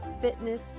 fitness